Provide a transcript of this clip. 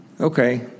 Okay